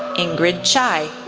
ingrid cai,